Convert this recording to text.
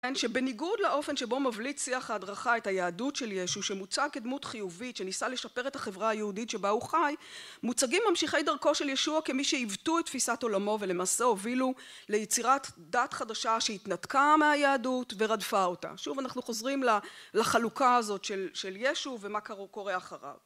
שבניגוד לאופן שבו מבליט שיח ההדרכה את היהדות של ישו שמוצג כדמות חיובית שניסה לשפר את החברה היהודית שבה הוא חי מוצגים ממשיכי דרכו של ישוע כמי שעיוותו את תפיסת עולמו ולמעשה הובילו ליצירת דת חדשה שהתנתקה מהיהדות ורדפה אותה שוב אנחנו חוזרים לחלוקה הזאת של ישו ומה קורה אחריו